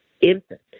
infant